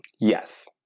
Yes